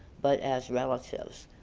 but as relatives.